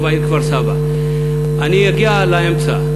אני אגיע לאמצע.